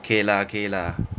可以 lah 可以 lah